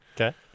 Okay